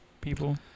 people